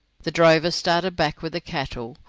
the drovers started back with the cattle,